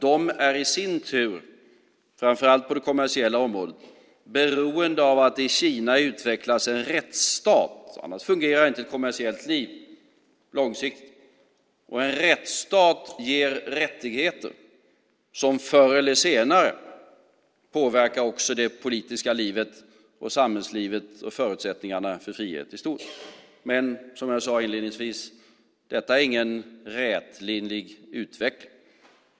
De är, framför allt på det kommersiella området, beroende av att det i Kina utvecklas en rättsstat. Annars fungerar inte ett kommersiellt liv långsiktigt. En rättsstat ger rättigheter som förr eller senare också påverkar det politiska livet, samhällslivet och förutsättningarna för frihet i stort. Som jag sade inledningsvis är detta ingen rätlinjig utveckling.